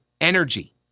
energy